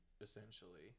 essentially